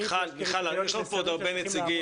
מיכל, יש לנו פה עוד הרבה נציגים.